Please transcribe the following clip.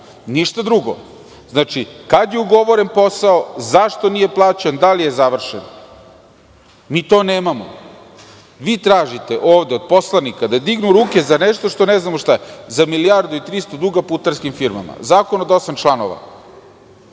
ništa drugo. Znači, kad je ugovoren posao, zašto nije plaćen, da li je završen? Mi to nemamo. Vi tražite ovde, od poslanika, da dignu ruke za nešto što ne znamo šta je, za 1.300.000 duga putarski firmama. Zakon od osam članova.